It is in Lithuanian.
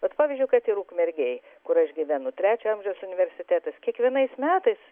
vat pavyzdžiui kad ir ukmergėj kur aš gyvenu trečio amžiaus universitetas kiekvienais metais